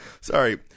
Sorry